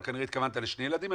אבל כנראה התכוונת לשני ילדים,